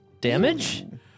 Damage